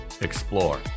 explore